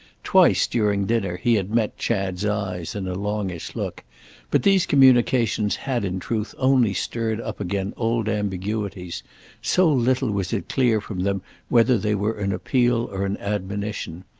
twice during dinner he had met chad's eyes in a longish look but these communications had in truth only stirred up again old ambiguities so little was it clear from them whether they were an appeal or an admonition.